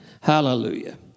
Hallelujah